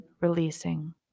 releasing